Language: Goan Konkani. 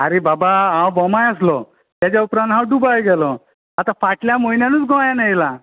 आरे बाबा हांव बोमाय आसलो ताज्या उपरांत हांव दुबाय गेलो आतां फाटल्या म्हयन्यानूच गोंयान आयलां